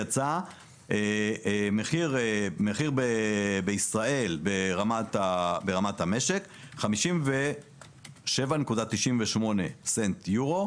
יצא שהמחיר בישראל ברמת המשק הוא 57.98 יורו,